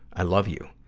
i love you.